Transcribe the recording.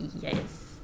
yes